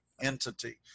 entity